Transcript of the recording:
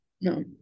No